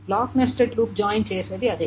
black nested loop join చేసేది అదే